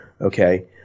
Okay